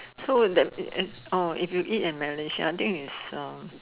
so that it's orh if you eat in Malaysia I think it's uh